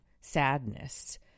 sadness